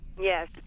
Yes